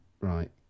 Right